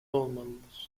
olmalıdır